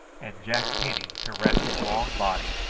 and jack penny to rest his long body,